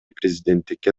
президенттикке